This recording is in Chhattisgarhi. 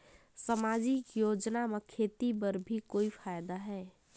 समाजिक योजना म खेती बर भी कोई फायदा है?